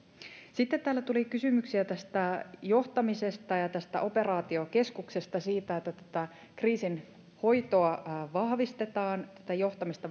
sitten täällä tuli kysymyksiä johtamisesta ja tästä operaatiokeskuksesta siitä että kriisin hoitoa vahvistetaan johtamista